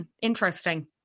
interesting